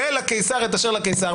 יהיה לקיסר את אשר לקיסר,